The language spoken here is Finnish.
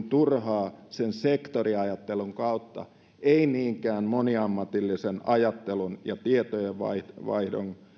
turhaan sektoriajattelun kautta ei niinkään moniammatillisen ajattelun ja tietojenvaihdon